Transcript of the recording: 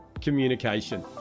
communication